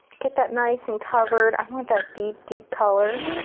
get that nice and covered. i want that deep, deep color.